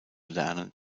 lernen